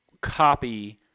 copy –